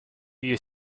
you